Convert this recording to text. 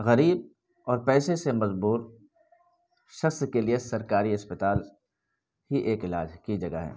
غریب اور پیسے سے مجبور شخص کے لیے سرکاری اسپتال ہی ایک علاج کی جگہ ہے